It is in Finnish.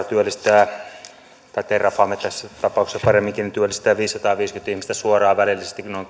työllistää tai terrafame tässä tapauksessa paremminkin työllistää viisisataaviisikymmentä ihmistä suoraan välillisesti noin